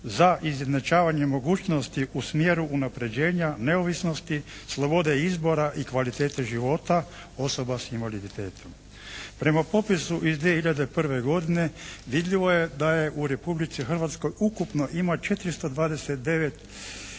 za izjednačavanje mogućnosti u smjeru unapređenja, neovisnosti, slobode izbora i kvalitete života osoba s invaliditetom. Po popisu iz 2001. vidljivo je da je u Republici Hrvatskoj ukupno ima 429 tisuća